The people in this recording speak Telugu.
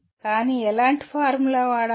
కానీ ఎలాంటి ఫార్ములా వాడాలి